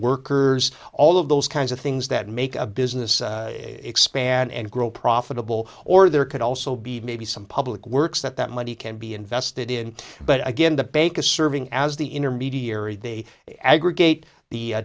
workers all of those kinds of things that make a business expand and grow profitable or there could also be maybe some public works that that money can be invested in but again the bank a serving as the intermediary they aggregate the